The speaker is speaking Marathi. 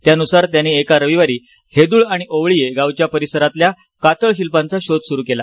त्यानुसार त्यांनी एका रविवारी हेदूळ आणि ओवळीये गावच्या परिसरातल्या कातळशिल्पांचा शोध सुरू केला